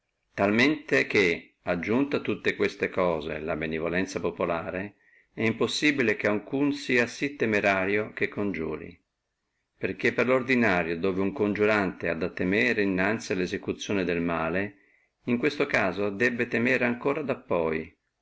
talmente che aggiunto a tutte queste cose la benivolenzia populare è impossibile che alcuno sia sí temerario che congiuri perché per lo ordinario dove uno coniurante ha a temere innanzi alla esecuzione del male in questo caso debbe temere ancora poi